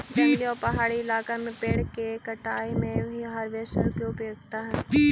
जंगली आउ पहाड़ी इलाका में पेड़ के कटाई में भी हार्वेस्टर के उपयोगिता हई